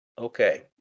Okay